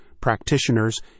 practitioners